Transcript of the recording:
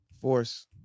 Force